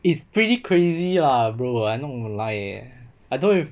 it's pretty crazy lah bro I know like I don't have